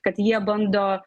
kad jie bando